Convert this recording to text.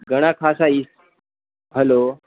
ઘણા ખાસા ઇ હેલો